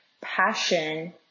passion